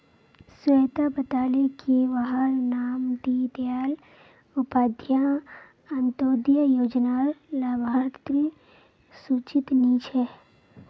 स्वेता बताले की वहार नाम दीं दयाल उपाध्याय अन्तोदय योज्नार लाभार्तिर सूचित नी छे